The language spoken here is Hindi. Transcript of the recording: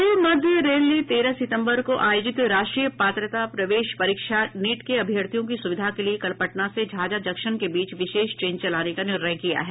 पूर्व मध्य रेल ने तेरह सितम्बर को आयोजित राष्ट्रीय पात्रता प्रवेश परीक्षा नीट के अभ्यर्थियों की सुविधा के लिए कल पटना से झाझा जंक्शन के बीच विशेष ट्रेन चलाने का निर्णय किया है